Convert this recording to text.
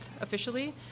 officially